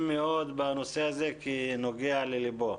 מאוד בנושא הזה כי הוא נוגע לליבו.